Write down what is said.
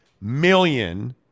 million